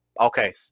okay